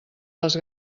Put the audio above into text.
les